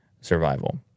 survival